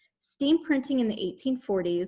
steam printing in the eighteen forty s,